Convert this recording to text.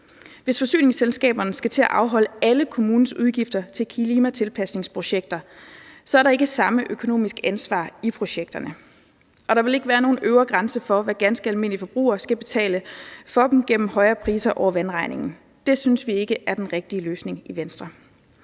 Hvis forsyningsselskaberne skal til at afholde alle kommunens udgifter til klimatilpasningsprojekter, er der ikke samme økonomiske ansvar i projekterne, og der vil ikke være nogen øvre grænse for, hvad ganske almindelige forbrugere skal betale for dem gennem højere priser over vandregningen. Det synes vi i Venstre ikke er den rigtige løsning. I Venstre